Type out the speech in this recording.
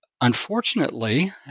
Unfortunately